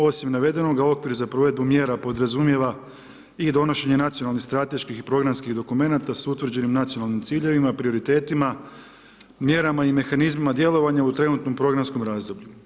Osim navedenoga okvir za provedbu mjera podrazumijeva i donošenje nacionalnih strateških i programskih dokumenata s utvrđenim nacionalnim ciljevima, prioritetima, mjerama i mehanizmima djelovanja u trenutnom programskom razdoblju.